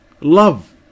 love